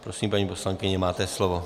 Prosím, paní poslankyně, máte slovo.